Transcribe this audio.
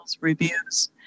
reviews